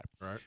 Right